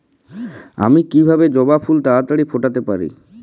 আমি কিভাবে জবা ফুল তাড়াতাড়ি ফোটাতে পারি?